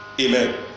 Amen